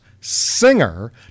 singer